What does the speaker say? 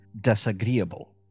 disagreeable